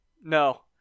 No